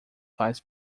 faz